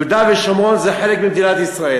יהודה ושומרון זה חלק ממדינת ישראל.